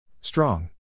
Strong